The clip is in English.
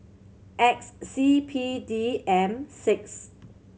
X C P D M six